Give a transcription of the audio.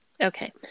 Okay